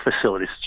facilities